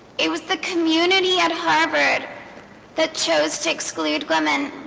it was the community at harvard that chose to exclude women